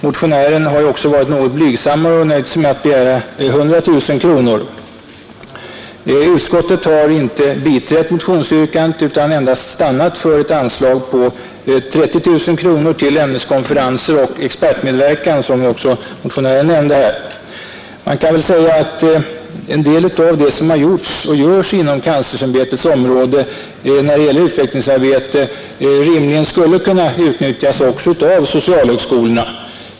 Motionären har också varit något mera blygsam och nöjt sig med att begära 100 000 kronor. Utskottet har inte biträtt motionsyrkandet utan stannat för ett anslag på 30 000 kronor till ämneskonferenser och expertmedverkan, vilket också motionären har nämnt. En hel del av det som gjorts och görs inom universitetskanslersämbetets område när det gäller utvecklingsarbete borde rimligen också, menar vi, kunna utnyttjas av socialhögskolorna.